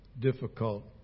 difficult